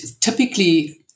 typically